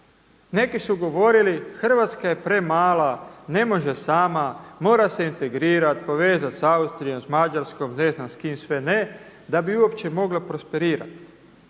Neki su govorili Hrvatska je premala, ne može sama, mora se integrirat, povezati s Austrijom, Mađarskom i ne znam s kim sve ne da bi uopće mogla prosperirati.